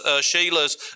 Sheila's